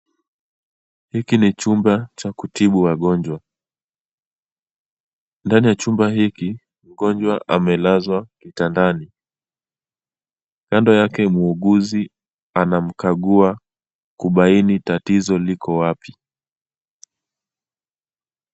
Hiki ni chumba cha kutibu wagonjwa. Ndani ya chumba hiki mgonjwa amelazwa kitandani. Kando yake muuguzi anamkagua kubaini tatizo liko wapi.